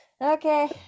Okay